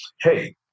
hey